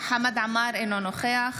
חמד עמאר, אינו נוכח